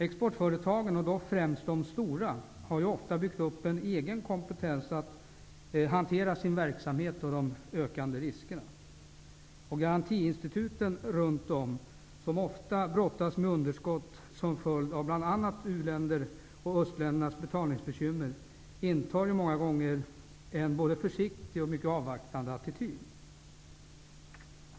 Exportföretagen, och då främst de stora, har byggt upp en egen kompetens att hantera sin verksamhet och de ökande riskerna. Garantiinstituten, som ofta brottas med underskott till följd av bl.a. uländernas och öst-ländernas betalningsbekymmer, intar många gånger en både försiktig och mycket avvaktande attityd.